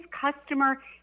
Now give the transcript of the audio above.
customer